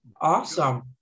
Awesome